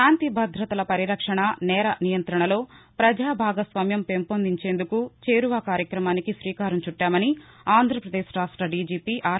శాంతి భద్రతల పరిరక్షణ నేర నియంత్రణలో పజా భాగస్వామ్యం పెంపొందించేందుకే చేరువ కార్యక్రమానికి శ్రీకారం చుట్టామని ఆంధ్రప్రదేశ్ రాష్ట డిజిపి ఆర్